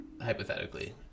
hypothetically